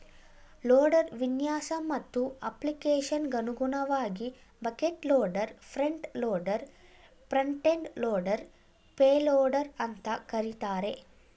loader ವಿನ್ಯಾಸ ಮತ್ತು ಅಪ್ಲಿಕೇಶನ್ಗನುಗುಣವಾಗಿ bucket loader front loader front end loader payloader ಅಂತ ಕರೀತಾರೆ